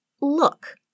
Look